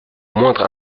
moindre